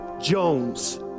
Jones